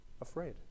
afraid